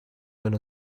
and